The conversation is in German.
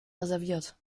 reserviert